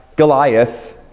Goliath